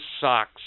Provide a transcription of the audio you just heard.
sucks